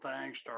thanks